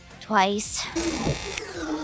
twice